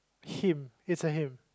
him it's a him